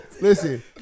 Listen